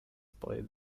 played